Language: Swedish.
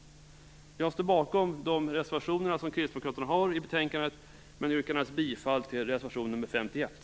Jag står bakom de reservationer som kristdemokraterna har i betänkandet men yrkar endast bifall till reservation nr 51.